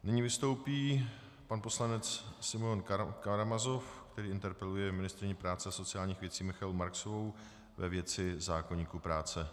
Nyní vystoupí pan poslanec Simeon Karamazov, který interpeluje ministryni práce a sociálních věcí Michaelu Marksovou ve věci zákoníku práce.